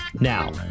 Now